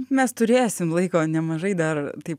mes turėsim laiko nemažai dar taip